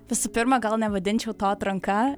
visų pirma gal nevadinčiau to atranka